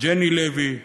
ג'ני לוי,